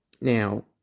Now